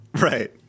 Right